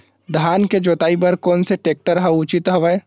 धान के जोताई बर कोन से टेक्टर ह उचित हवय?